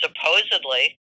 supposedly